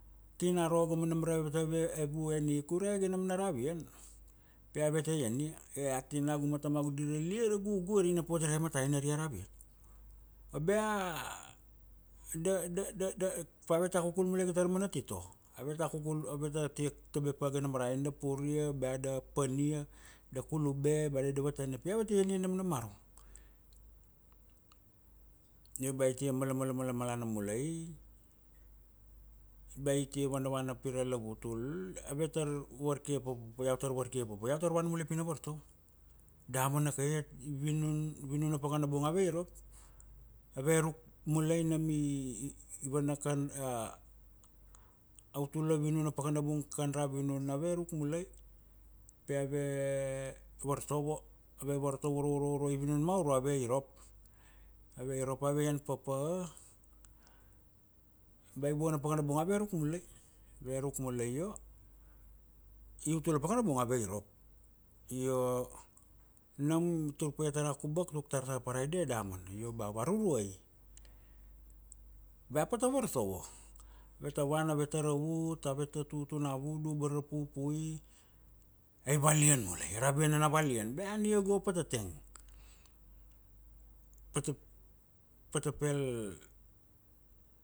ki na ro go ma nam ra evu en ika ure ga nam na ravian, pi ave ta iania, ea tinagu ma tamagu dir a lia ra gugu ari ina pot rikai ma ta en ari a ravian. Bea pa ave ta kukul mulai iga ta ra mana tito, ave ta kukul, ave ta tia tabe pa ga nam ra en, da puria, bea da pania, da kulube ba da davatane pi ave ta iania nam na marum. Io ba i tia malamalana mulai, bea i tia vana vana pi ra lavutul, ave tar varkia papa, iau tar varkia papa, iau tar vana mulai pi na vartovo, damana ka iat, i vinun, vinun na pakana bung ave irop, ave ruk mulai nam autula vinun na pakana bung kan ra vinun ave ruk mulai, pi ave vartovo, ave vartovo uro, uro, uro, i vinun ma aurua ave irop, ave irop, ave ian papa ba i vuana na pakana bung ave ruk mulai, ave ruk mulai io i utula pakana bung ave irop. Io nam itur pa ia ta ra Kubak tuk tar ta ra Paraide damana. Io ba a Varuruai, bea pata vartovo, ave ta vana, ave ta raut, ave ta tutun na vudu ba ra ra pupui, ai valian mulai, a ravian nana valian, bea ania go pata tank, pata, pata pel